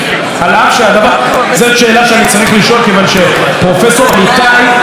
כיוון שפרופ' אמיתי וועד ראשי האוניברסיטאות הגישו בג"ץ.